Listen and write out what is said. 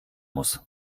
muss